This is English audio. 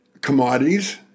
commodities